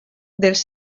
dels